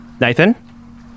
Nathan